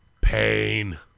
pain